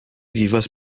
vivas